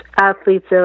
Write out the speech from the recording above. athletes